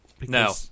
No